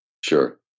Sure